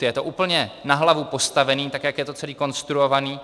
Je to úplně na hlavu postavené, tak jak je to celé konstruované.